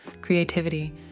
creativity